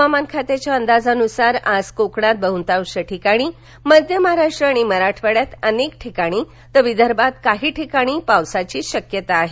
हवामान खात्याच्या अंदाजानुसार आज कोकणात बहुतांश ठिकाणी मध्यमहाराष्ट्र आणि मराठवाड्यात अनेक ठिकाणी तर विदर्भात काही ठिकाणी पावसाची शक्यता आहे